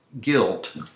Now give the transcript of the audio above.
guilt